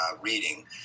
reading